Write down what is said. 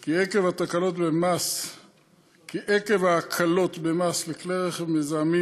הוא כי עקב ההקלות במס לכלי רכב מזהמים